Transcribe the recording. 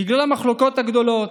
בגלל המחלוקות הגדולות,